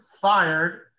fired